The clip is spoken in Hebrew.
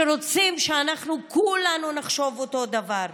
שרוצים שאנחנו כולנו נחשוב אותו דבר.